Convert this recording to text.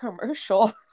commercial